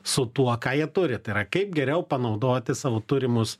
su tuo ką jie turi tai yra kaip geriau panaudoti savo turimus